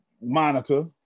Monica